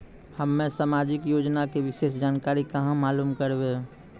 हम्मे समाजिक योजना के विशेष जानकारी कहाँ मालूम करबै?